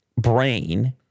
brain